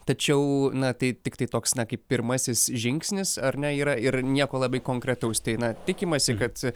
tačiau na tai tiktai toks na kaip pirmasis žingsnis ar ne yra ir nieko labai konkretaus tai na tikimasi kad